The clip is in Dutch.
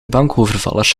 bankovervallers